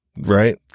right